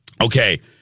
Okay